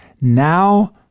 now